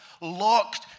locked